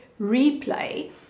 replay